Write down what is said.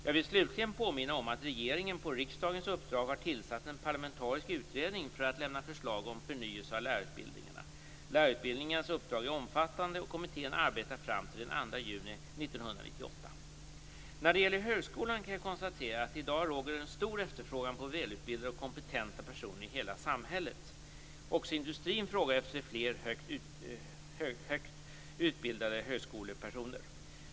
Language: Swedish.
Jag vill slutligen påminna om att regeringen på riksdagens uppdrag har tillsatt en parlamentarisk utredning för att lämna förslag om förnyelse av lärarutbildningarna. Lärarutbildningskommitténs uppdrag är omfattande, och kommittén arbetar fram till den 2 juni 1998. När det gäller högskolan kan jag konstatera att det i dag råder en stor efterfrågan på välutbildade och kompetenta personer i hela samhället. Också industrin frågar efter fler högt högskoleutbildade personer.